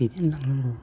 दैदेलांनांगौ